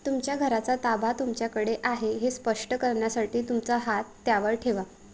तुमच्या घराचा ताबा तुमच्याकडे आहे हे स्पष्ट करण्यासाठी तुमचा हात त्यावर ठेवा